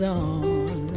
on